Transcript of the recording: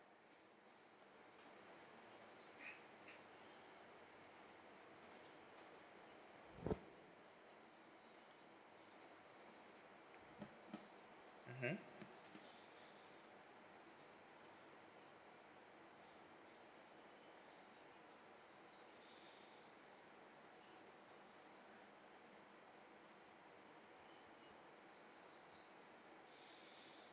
mmhmm